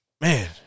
Man